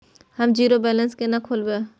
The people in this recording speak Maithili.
हम जीरो बैलेंस केना खोलैब?